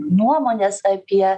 nuomonės apie